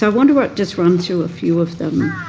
so i want to ah just run through a few of them.